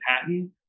patent